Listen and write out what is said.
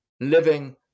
living